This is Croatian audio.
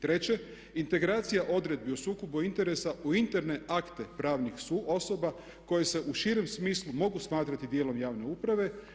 Treće, integracija odredbi u sukobu interesa u interne akte pravnih osoba koje se u širem smislu mogu smatrati dijelom javne uprave.